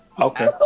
Okay